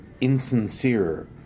insincere